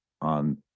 on